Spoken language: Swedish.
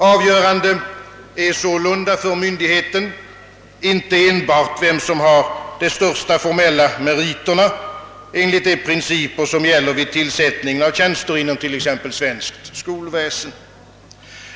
Avgörande för myndigheten är sålunda inte enbart vem som har de största formella meriterna enligt de principer, som gäller vid tillsättningen av tjänster inom t.ex. svenskt skolväsen.